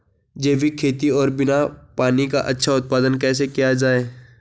जैविक खेती और बिना पानी का अच्छा उत्पादन कैसे किया जाए?